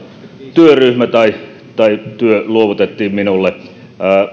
työryhmä työ luovutettiin minulle